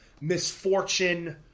misfortune